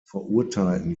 verurteilten